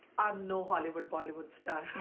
no hollywood bollywood star.